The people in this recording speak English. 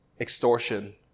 extortion